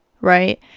right